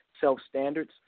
self-standards